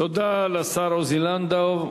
תודה לשר עוזי לנדאו.